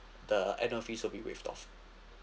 the annual fees will be waived off